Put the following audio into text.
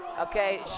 Okay